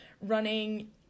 running